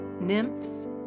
nymphs